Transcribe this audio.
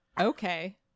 okay